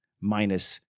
minus